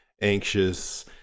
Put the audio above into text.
anxious